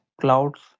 clouds